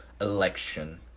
election